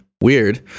weird